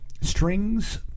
strings